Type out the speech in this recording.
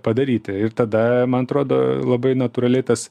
padaryti ir tada man atrodo labai natūraliai tas